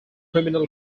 criminal